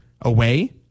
away